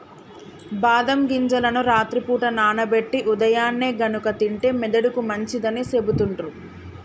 బాదం గింజలను రాత్రి పూట నానబెట్టి ఉదయాన్నే గనుక తింటే మెదడుకి మంచిదని సెపుతుండ్రు